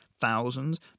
thousands